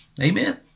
amen